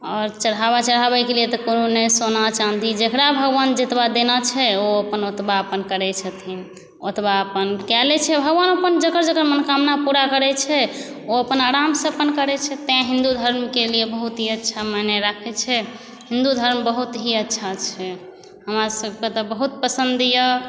आओर चढ़ावा चढ़ावैके लिए तऽ कोनो नहि सोना चाँदी जेकरा भगवान जतबा देने छै ओ अपन ओ ओतबा अपन करै छथिन ओतबा अपन कए लै छै भगवान अपन जाकर जकर हुसैन मनोकमना पुरा करै छै ओ अपन आरामसँ आप करै छथिन तै हिन्दु धर्मकेँ लिए बहुत ही अच्छा मायने राखै छै हिन्दु धर्म बहुत ही अच्छा छै हमरा सभके तऽ बहुत पसन्द यऽ